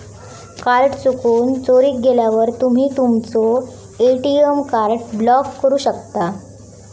card चुकून, चोरीक गेल्यावर तुम्ही तुमचो ए.टी.एम कार्ड ब्लॉक करू शकता